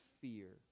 fear